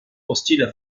hostile